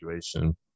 situation